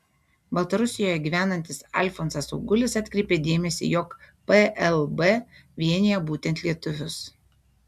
baltarusijoje gyvenantis alfonsas augulis atkreipė dėmesį jog plb vienija būtent lietuvius